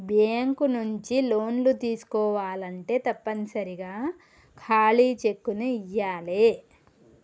bank నుంచి లోన్లు తీసుకోవాలంటే తప్పనిసరిగా ఖాళీ చెక్కుని ఇయ్యాలే